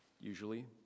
usually